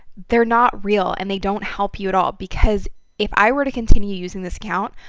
they're not real, and they don't help you at all. because if i were to continue using this account,